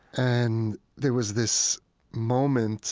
and there was this moment